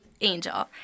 Angel